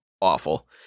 awful